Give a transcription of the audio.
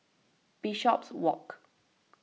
Bishopswalk